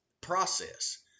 process